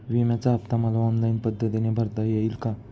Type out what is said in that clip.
विम्याचा हफ्ता मला ऑनलाईन पद्धतीने भरता येईल का?